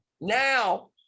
Now